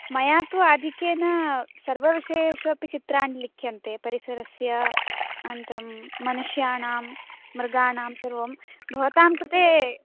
मया तु आधिक्येन सर्वविषयेष्वपि चित्राणि लिख्यन्ते परिसरस्य अनन्तरं मनुष्याणां मृगाणां सर्वं भवतां कृते